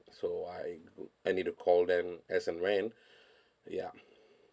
so I I need to call them as and when ya